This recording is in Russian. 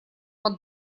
под